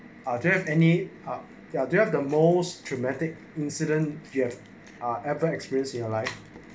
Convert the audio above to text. are there any ah there do you have the most traumatic incident gift ah ever experienced in your life